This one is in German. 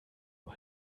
mal